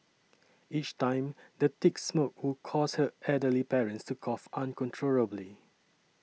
each time the thick smoke would cause her elderly parents to cough uncontrollably